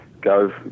go